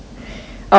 orh orh orh